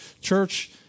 church